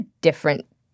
different